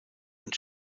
und